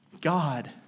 God